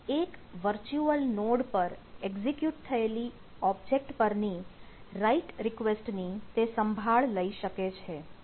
કોઈ એક વર્ચ્યુઅલ રોડ પર એક્ઝિક્યુટ થયેલી ઓબ્જેક્ટ પરની રાઈટ રિક્વેસ્ટની તે સંભાળ લઈ શકે છે